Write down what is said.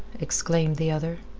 exclaimed the other.